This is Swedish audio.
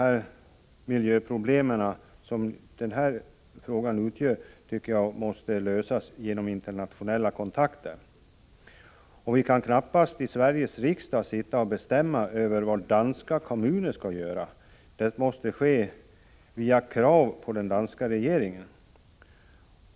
De miljöproblem som den här frågan omfattar måste lösas genom internationella kontakter. Vi kan knappast sitta i Sveriges riksdag och bestämma över vad danska kommuner skall göra — det måste ske via krav på den danska regeringen.